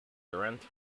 durant